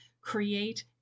create